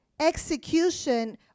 execution